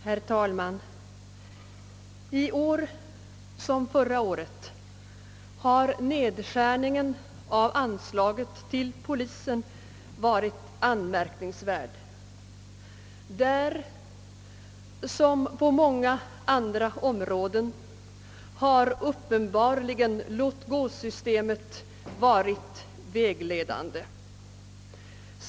Herr talman! I år liksom förra året har nedskärningen av anslaget till polisen varit anmärkningsvärd. Där liksom på många andra områden har uppenbarligen låtgåsystemet varit vägledande.